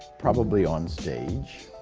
probably on stage.